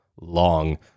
long